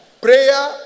Prayer